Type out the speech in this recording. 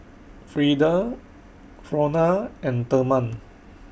Freeda Frona and Therman